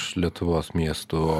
iš lietuvos miestų